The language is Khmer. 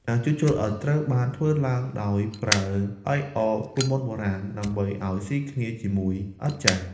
ការជួសជុលឥដ្ឋត្រូវបានធ្វើឡើងដោយប្រើបាយអរូបមន្តបុរាណ ដើម្បីឱ្យស៊ីគ្នាជាមួយឥដ្ឋចាស់។